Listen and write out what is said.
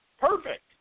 Perfect